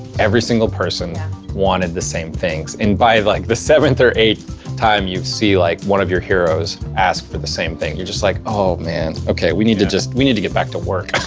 every single person wanted the same things, and by like the seventh or eighth time you've seen, like, one of your heroes ask for the same thing, you're just like oh, man okay, we need to just, we need to get back to work.